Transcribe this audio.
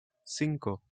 cinco